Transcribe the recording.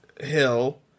Hill